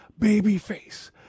babyface